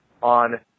on